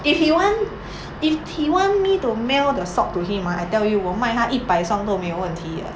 if you want if he want me to mail the sock to him ah I tell you 我卖他一百双都没问题 ah